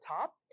top